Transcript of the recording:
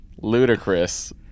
ludicrous